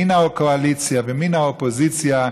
מן הקואליציה ומן האופוזיציה,